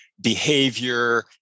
behavior